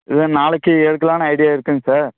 இல்லை நாளைக்கு எடுக்கலாம்னு ஐடியா இருக்குங்க சார்